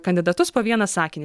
kandidatus po vieną sakinį